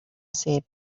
said